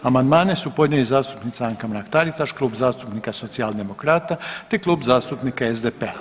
Amandmane su podnijeli zastupnica Anka Mrak-Taritaš, Klub zastupnika Socijaldemokrata, te Klub zastupnika SDP-a.